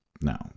No